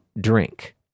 drink